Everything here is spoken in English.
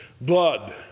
blood